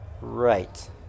Right